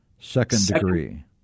Second-degree